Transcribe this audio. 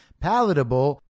palatable